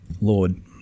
Lord